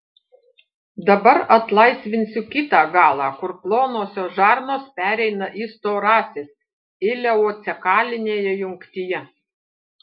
dabar atlaisvinsiu kitą galą kur plonosios žarnos pereina į storąsias ileocekalinėje jungtyje